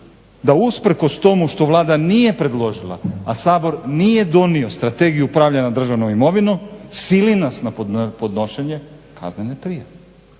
da usprkos tomu što Vlada nije predložila, a Sabor nije donio strategiju upravljanja državnom imovinom sili nas na podnošenje kaznene prijave.